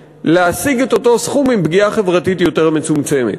להשיג את אותו סכום עם פגיעה חברתית יותר מצומצמת.